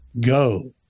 go